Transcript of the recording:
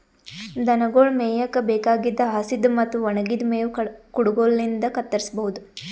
ದನಗೊಳ್ ಮೇಯಕ್ಕ್ ಬೇಕಾಗಿದ್ದ್ ಹಸಿದ್ ಮತ್ತ್ ಒಣಗಿದ್ದ್ ಮೇವ್ ಕುಡಗೊಲಿನ್ಡ್ ಕತ್ತರಸಬಹುದು